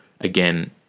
again